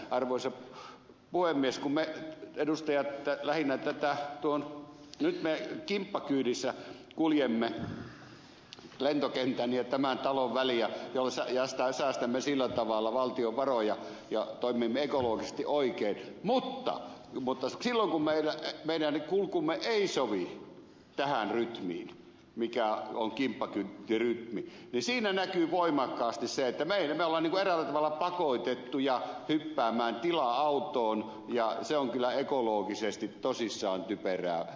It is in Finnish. nimittäin arvoisa puhemies me edustajat nyt kimppakyydissä kuljemme lentokentän ja tämän talon väliä ja säästämme sillä tavalla valtion varoja ja toimimme ekologisesti oikein mutta silloin kun meidän kulkumme ei sovi tähän rytmiin mikä on kimppakyytirytmi siinä näkyy voimakkaasti se että me olemme eräällä tavalla pakotettuja hyppäämään tila autoon ja se on kyllä ekologisesti tosiaan typerää